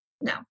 No